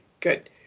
good